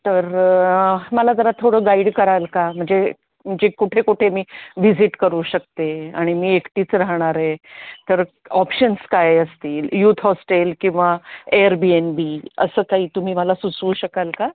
तर मला जरा थोडं गाईड कराल का म्हणजे जे कुठे कुठे मी विजिट करू शकते आणि मी एकटीच राहणार आहे तर ऑप्शन्स काय असतील यूथ हॉस्टेल किंवा एअरबीएनबी असं काही तुम्ही मला सुचवू शकाल का